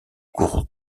cour